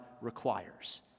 requires